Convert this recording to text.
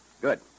Good